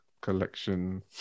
collection